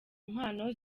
impano